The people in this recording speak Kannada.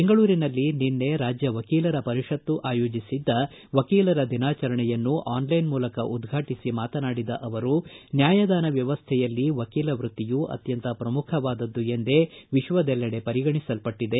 ಬೆಂಗಳೂರಿನಲ್ಲಿ ನಿನ್ನೆ ರಾಜ್ಯ ವಕೀಲರ ಪರಿಷತ್ತು ಆಯೋಜಿಸಿದ್ದ ವಕೀಲರ ದಿನಾಚರಣೆಯನ್ನು ಆನ್ಲೈನ್ ಮೂಲಕ ಉದ್ಘಾಟಿಸಿ ಮಾತನಾಡಿದ ಅವರು ನ್ಥಾಯದಾನ ವ್ಯವಸ್ಥೆಯಲ್ಲಿ ವಕೀಲ ವೃತ್ತಿಯು ಅತ್ಯಂತ ಪ್ರಮುಖವಾದದ್ದು ಎಂದೇ ವಿಶ್ವದೆಲ್ಲೆಡೆ ಪರಿಗಣಿಸಲ್ಪಟ್ಟದೆ